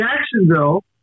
Jacksonville